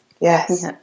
yes